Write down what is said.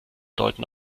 deuten